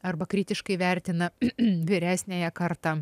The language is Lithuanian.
arba kritiškai vertina vyresniąją kartą